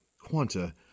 Quanta